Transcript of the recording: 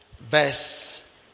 verse